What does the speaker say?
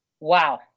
Wow